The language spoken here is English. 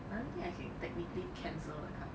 I don't think I can technically cancel the card